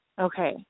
Okay